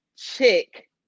chick